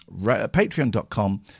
Patreon.com